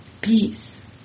Peace